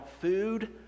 food